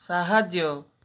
ସାହାଯ୍ୟ